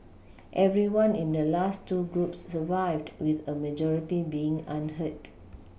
everyone in the last two groups survived with a majority being unhurt